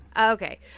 Okay